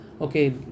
okay